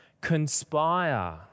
conspire